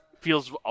feels